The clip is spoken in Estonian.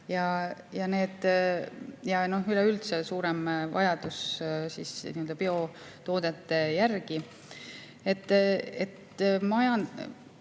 ja üleüldse suurem vajadus biotoodete järele.